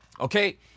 okay